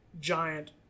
giant